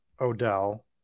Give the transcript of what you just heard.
Odell